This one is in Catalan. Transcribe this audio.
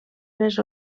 les